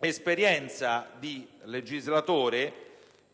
esperienza di legislatore